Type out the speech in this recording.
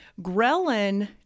Ghrelin